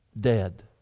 dead